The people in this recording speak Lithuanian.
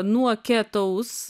nuo ketaus